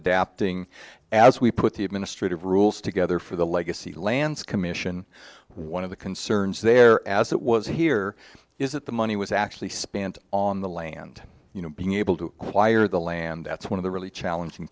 adapting as we put the administrative rules together for the legacy lands commission one of the concerns there as it was here is that the money was actually spent on the land you know being able to acquire the land that's one of the really challenging